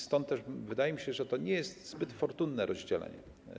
Stąd też wydaje mi się, że to nie jest zbyt fortunne rozdzielenie.